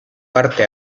parte